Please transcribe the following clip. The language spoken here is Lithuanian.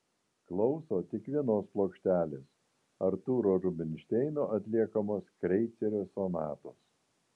klauso tik vienos plokštelės artūro rubinšteino atliekamos kreicerio sonatos